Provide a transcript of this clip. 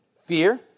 Fear